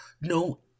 no